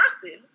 person